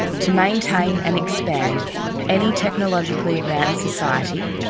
to maintain and expand any technologically advanced society,